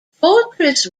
fortress